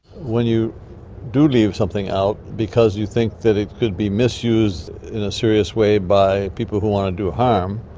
when you do leave something out because you think that it could be misused in a serious way by people who want to do harm,